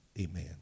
amen